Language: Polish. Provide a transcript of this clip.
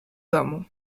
domu